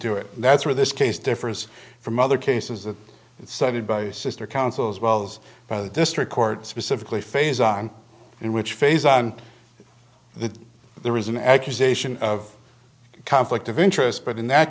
do it that's where this case differs from other cases that it's cited by sister council as well as by the district court specifically phase on in which phase on the there is an accusation of conflict of interest but in that